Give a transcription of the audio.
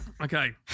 Okay